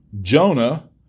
Jonah